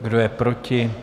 Kdo je proti?